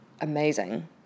amazing